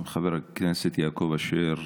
חבר הכנסת יעקב אשר,